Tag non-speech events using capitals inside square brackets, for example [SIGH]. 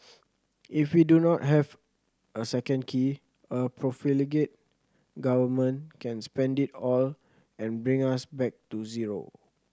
[NOISE] if we do not have a second key a profligate Government can spend it all and bring us back to zero